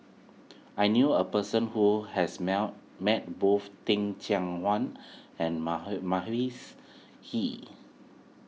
I knew a person who has mell met both Teh Cheang Wan and Hee